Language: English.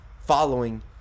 following